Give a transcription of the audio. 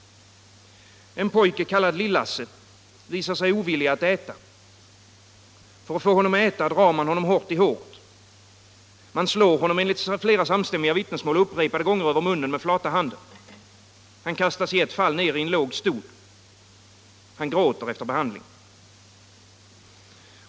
En pojke, kallad Lill-Lasse, visar sig ovillig att äta. För att få honom att äta drar man honom hårt i håret. Man slår honom enligt flera samstämmiga vittnesmål upprepade gånger över munnen med flata handen. Han kastas i ett fall ner i en låg stol. Han gråter efter behandlingen.